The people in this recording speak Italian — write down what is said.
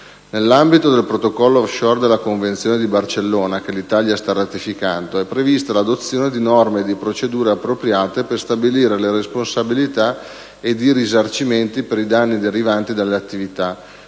Nell'ambito del protocollo *offshore* della Convenzione di Barcellona, che l'Italia sta ratificando, è prevista l'adozione di norme e di procedure appropriate per stabilire le responsabilità ed i risarcimenti per i danni derivanti dalle attività.